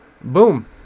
Boom